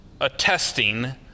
attesting